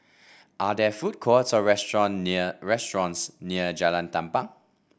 are there food courts or restaurant near restaurants near Jalan Tampang